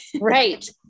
Right